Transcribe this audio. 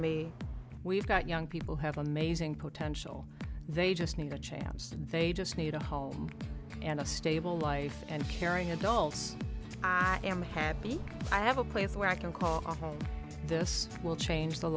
me we've got young people have amazing potential they just need to change jobs they just need a home and a stable life and caring adults i am happy i have a place where i can call home this will change the